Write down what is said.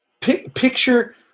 picture